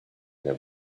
their